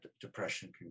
depression